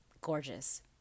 gorgeous